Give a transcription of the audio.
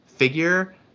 figure